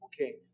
Okay